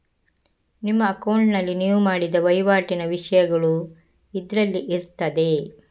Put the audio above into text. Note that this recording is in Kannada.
ನಿಮ್ಮ ಅಕೌಂಟಿನಲ್ಲಿ ನೀವು ಮಾಡಿದ ವೈವಾಟಿನ ವಿಷಯಗಳು ಇದ್ರಲ್ಲಿ ಇರ್ತದೆ